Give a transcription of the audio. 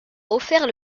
offert